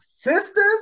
Sisters